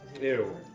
Ew